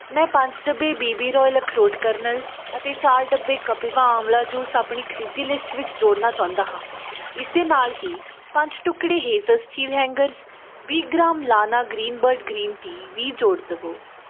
ਮੈਂ ਪੰਜ ਡੱਬੇ ਬੀ ਬੀ ਰਾਇਲ ਅਖਰੋਟ ਕਰਨਲ ਅਤੇ ਚਾਰ ਡੱਬੇ ਕਪਿਵਾ ਆਂਵਲਾ ਜੂਸ ਆਪਣੀ ਖਰੀਦੀ ਲਿਸਟ ਵਿੱਚ ਜੋੜਨਾ ਚਾਹੁੰਦਾ ਹਾਂ ਇਸ ਦੇ ਨਾਲ ਹੀ ਪੰਜ ਟੁਕੜੇ ਹੇਜ਼ਲ ਸਟੀਲ ਹੈਂਗਰਸ ਵੀਹ ਗ੍ਰਾਮ ਲਾਨਾ ਗ੍ਰੀਨ ਬਰਡ ਗ੍ਰੀਨ ਟੀ ਵੀ ਜੋੜ ਦੇਵੋ